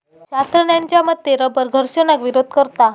शास्त्रज्ञांच्या मते रबर घर्षणाक विरोध करता